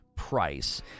price